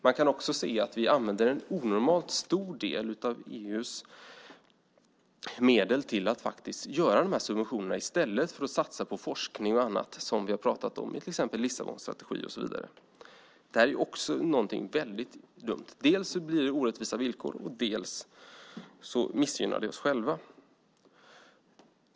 Man kan också se att vi använder en onormalt stor del av EU:s medel till dessa subventioner i stället för att satsa på forskning och annat som vi har pratat om i till exempel Lissabonstrategin. Det är väldigt dumt. Dels blir det orättvisa villkor, dels missgynnar det oss själva.